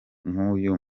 nk’uyu